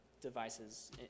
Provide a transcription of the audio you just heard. devices